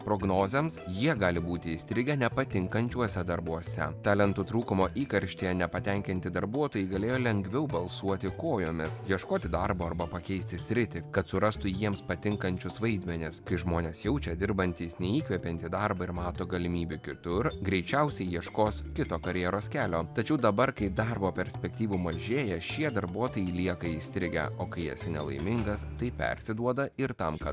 prognozėms jie gali būti įstrigę nepatinkančiuose darbuose talentų trūkumo įkarštyje nepatenkinti darbuotojai galėjo lengviau balsuoti kojomis ieškoti darbo arba pakeisti sritį kad surastų jiems patinkančius vaidmenis kai žmonės jaučia dirbantys neįkvepiantį darbą ir mato galimybių kitur greičiausiai ieškos kito karjeros kelio tačiau dabar kai darbo perspektyvų mažėja šie darbuotojai lieka įstrigę o kai esi nelaimingas tai persiduoda ir tam ką